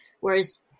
Whereas